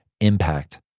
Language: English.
impact